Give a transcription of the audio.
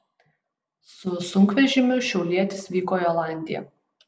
su sunkvežimiu šiaulietis vyko į olandiją